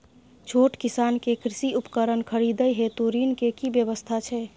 छोट किसान के कृषि उपकरण खरीदय हेतु ऋण के की व्यवस्था छै?